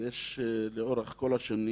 לאורך כל השנים